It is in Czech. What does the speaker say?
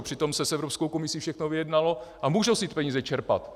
Přitom se s Evropskou komisí všechno vyjednalo a můžou se peníze čerpat.